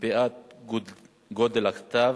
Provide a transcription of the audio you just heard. מפאת גודל הכתב.